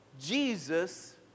Jesus